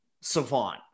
savant